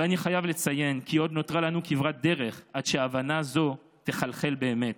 ואני חייב לציין כי עוד נותרה לנו כברת דרך עד שהבנה זו תחלחל באמת.